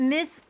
Miss